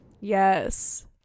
yes